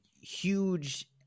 huge